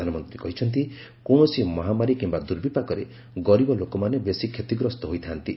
ପ୍ରଧାନମନ୍ତ୍ରୀ କହିଛନ୍ତି କୌଣସି ମହାମାରୀ କିମ୍ବା ଦୁର୍ବିପାକରେ ଗରିବ ଲୋକମାନେ ବେଶୀ କ୍ଷତିଗ୍ରସ୍ତ ହୋଇଥାନ୍ତି